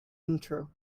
intro